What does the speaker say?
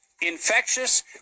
Infectious